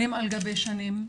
שנים על גבי שנים.